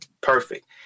perfect